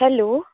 hello